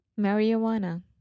Marijuana